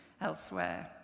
elsewhere